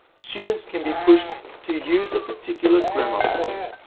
students can be pushed to use a particular grammar point.